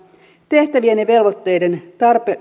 tehtävien ja velvoitteiden